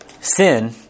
Sin